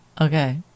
Okay